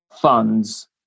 funds